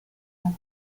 väga